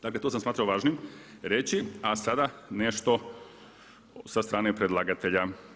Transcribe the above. Dakle, tu sam smatrao važnim reći, a sada nešto sa strane predlagatelja.